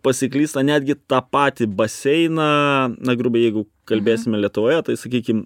pasiklysta netgi tą patį baseiną na grubiai jeigu kalbėsime lietuvoje tai sakykim